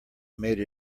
made